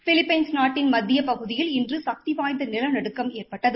பிரிப்லைன்ஸ் நாட்டின் மத்திய பகுதியில் இன்று சக்தி வாய்ந்த நிலநடுக்கம் இன்று ஏற்பட்டது